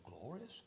glorious